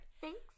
Thanks